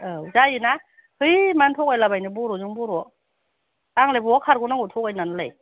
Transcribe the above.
औ जायोना है मानो थगायला बायनो बर'जों बर' आंलाय बहा खारगनांगौ थगायनानैलाय